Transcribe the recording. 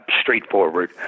straightforward